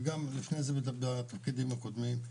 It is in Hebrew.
ולפני זה בתפקידים הקודמים,